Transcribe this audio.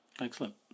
Excellent